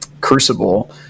Crucible